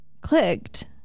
clicked